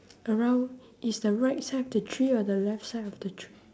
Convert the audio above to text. around is the right side of the tree or the left side of the tree